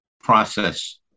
process